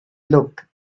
looked